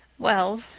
well,